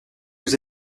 vous